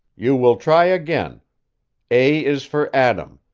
you will try again a is for atom,